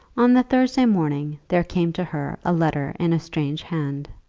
on the thursday morning there came to her a letter in a strange hand.